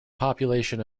population